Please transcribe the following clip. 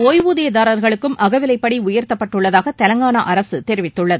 ஒய்வூதியதாரர்களுக்கும் அகவிலைப்படி உயர்த்தப்பட்டுள்ளதாக தெலங்கானா அரசு தெரிவித்துள்ளது